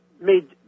made